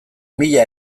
mila